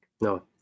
no